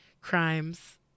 crimes